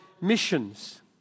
missions